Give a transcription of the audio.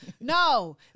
No